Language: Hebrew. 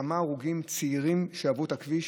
כמה הרוגים צעירים אחרי שעברו את הכביש,